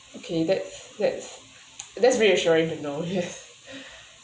okay that's that's that's reassuring to know yes